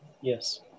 Yes